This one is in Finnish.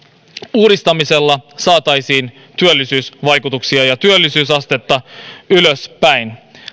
uudistamisella saataisiin työllisyysvaikutuksia työllisyysastetta ylöspäin